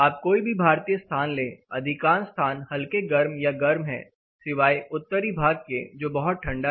आप कोई भी भारतीय स्थान लें अधिकांश स्थान हल्के गर्म या गर्म है सिवाय उत्तरी भाग के जो बहुत ठंडा है